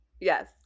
Yes